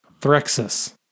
Threxus